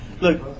Look